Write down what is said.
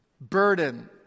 burden